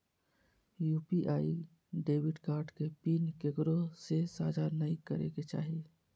UPI debit card के PIN केकरो से साझा नइ करे के चाही